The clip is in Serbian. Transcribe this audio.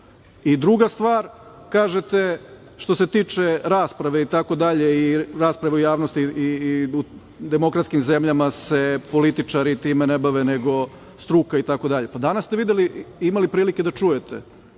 to. Druga stvar, kažete – što se tiče rasprave, rasprave u javnosti i demokratskim zemljama se političari time ne bave, nego struka, itd, pa danas ste videli i imali prilike da čujete,